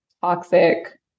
toxic